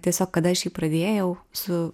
tiesiog kada aš jį pradėjau su